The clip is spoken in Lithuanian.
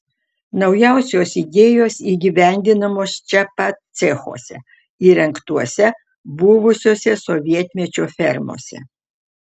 naujausios idėjos įgyvendinamos čia pat cechuose įrengtuose buvusiose sovietmečio fermose